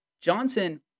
Johnson